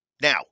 Now